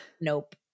Nope